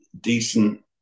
decent